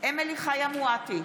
אמילי חיה מואטי,